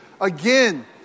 again